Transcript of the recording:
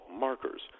markers